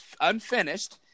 unfinished